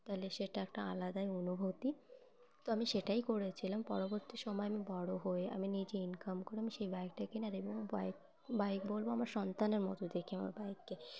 তাহলে সেটা একটা আলাদাই অনুভূতি তো আমি সেটাই করেছিলাম পরবর্তী সময়ে আমি বড়ো হয়ে আমি নিজে ইনকাম করে আমি সেই বাইকটা কেনার এবং বাইক বাইক বলবো আমার সন্তানের মতো দেখে আমার বাইককে